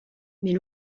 mais